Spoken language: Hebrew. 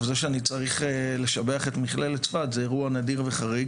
זה שאני צריך לשבח את מכללת צפת זה אירוע נדיר וחריג,